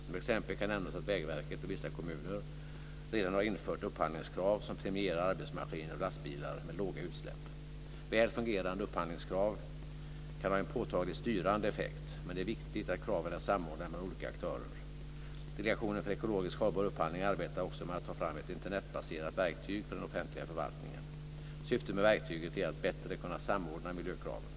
Som exempel kan nämnas att Vägverket och vissa kommuner redan har infört upphandlingskrav som premierar arbetsmaskiner och lastbilar med låga utsläpp. Väl fungerande upphandlingskrav kan ha en påtagligt styrande effekt, men det är viktigt att kraven är samordnade mellan olika aktörer. Delegationen för ekologisk hållbar upphandling arbetar också med att ta fram ett Internetbaserat verktyg för den offentliga förvaltningen. Syftet med verktyget är att bättre kunna samordna miljökraven.